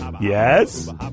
Yes